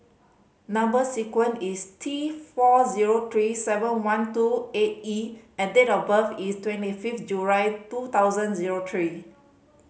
number sequence is T four zero three seven one two eight E and date of birth is twenty fifth July two thousand zero three